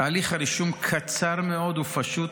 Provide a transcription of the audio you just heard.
תהליך הרישום קצר מאוד ופשוט,